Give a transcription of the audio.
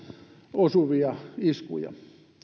osuvia iskuja